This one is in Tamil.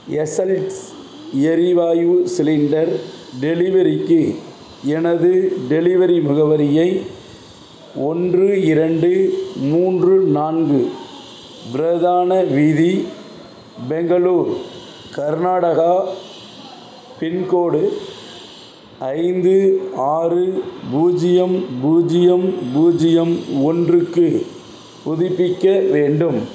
எஸ்ஸெல்ஸ் எரிவாயு சிலிண்டர் டெலிவரிக்கு எனது டெலிவரி முகவரியை ஒன்று இரண்டு மூன்று நான்கு பிரதான வீதி பெங்களூர் கர்நாடகா பின்கோடு ஐந்து ஆறு பூஜ்ஜியம் பூஜ்ஜியம் பூஜ்ஜியம் ஒன்றுக்கு புதுப்பிக்க வேண்டும்